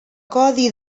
codi